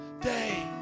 day